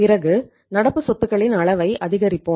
பிறகு நடப்பு சொத்துகளின் அளவை அதிகரிப்போம்